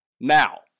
Now